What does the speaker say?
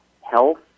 health